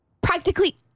practically